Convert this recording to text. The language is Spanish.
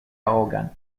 ahogan